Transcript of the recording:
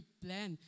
plan